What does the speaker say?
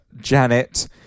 Janet